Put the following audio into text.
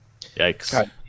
Yikes